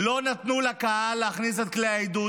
לא נתנו לקהל להכניס את כלי העידוד,